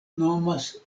nomas